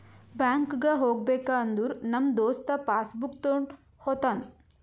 ಬ್ಯಾಂಕ್ಗ್ ಹೋಗ್ಬೇಕ ಅಂದುರ್ ನಮ್ ದೋಸ್ತ ಪಾಸ್ ಬುಕ್ ತೊಂಡ್ ಹೋತಾನ್